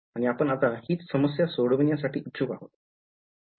आणि आपण आता हीच समस्या सोडवण्यासाठी इच्छुक आहोत